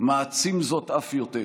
מעצים זאת אף יותר.